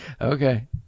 okay